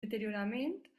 deteriorament